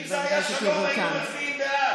אם זה היה שלום, היינו מצביעים בעד.